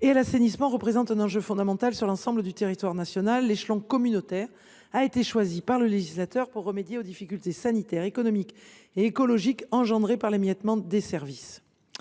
et à l’assainissement représente un enjeu fondamental sur l’ensemble du territoire national. L’échelon communautaire a été choisi par le législateur pour remédier aux difficultés sanitaires, économiques et écologiques engendrées par l’émiettement des services.